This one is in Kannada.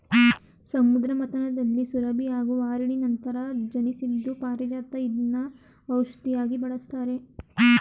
ಸಮುದ್ರ ಮಥನದಲ್ಲಿ ಸುರಭಿ ಹಾಗೂ ವಾರಿಣಿ ನಂತರ ಜನ್ಸಿದ್ದು ಪಾರಿಜಾತ ಇದ್ನ ಔಷ್ಧಿಯಾಗಿ ಬಳಸ್ತಾರೆ